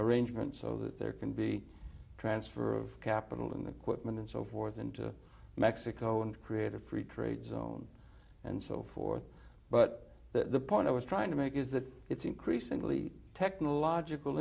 arrangement so that there can be transfer of capital in the quitman and so forth into mexico and create a free trade zone and so forth but the point i was trying to make is that it's increasingly technological